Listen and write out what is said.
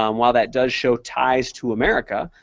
um while that does show ties to america,